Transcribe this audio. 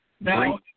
Now